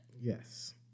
Yes